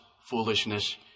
foolishness